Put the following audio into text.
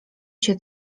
się